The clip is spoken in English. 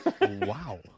wow